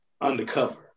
undercover